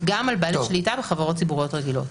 גם על בעלי שליטה בחברות ציבוריות רגילות.